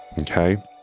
okay